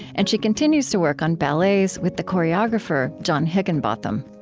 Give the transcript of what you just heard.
and she continues to work on ballets with the choreographer john heginbotham.